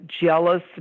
jealous